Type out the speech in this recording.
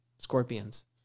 scorpions